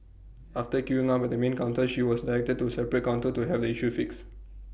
after queuing up at the main counter she was directed to A separate counter to have the issue fixed